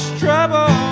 trouble